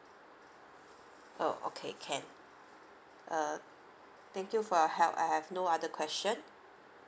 oh okay can uh thank you for your help I have no other question